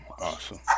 awesome